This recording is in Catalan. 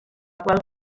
qual